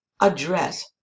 address